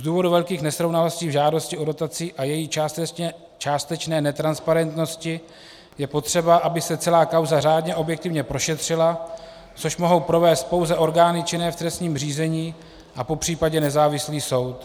Z důvodu velkých nesrovnalostí v žádosti o dotaci a její částečné netransparentnosti je potřeba, aby se celá kauza řádně a objektivně prošetřila, což mohou provést pouze orgány činné v trestním řízení a popřípadě nezávislý soud.